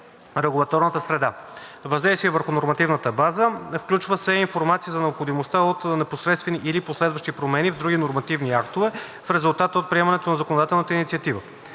регулаторната среда. Въздействие върху нормативната база. Включва се информация за необходимостта от непосредствени или последващи промени в други нормативни актове в резултат от приемането на законодателната инициатива.